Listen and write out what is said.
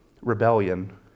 rebellion